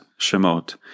shemot